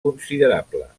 considerable